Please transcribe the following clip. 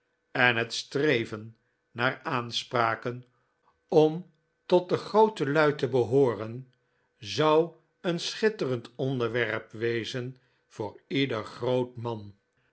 en het streven naar aanspraken om tot de groote lui te behooren zou een schitterend onderwerp wezen voor ieder groot man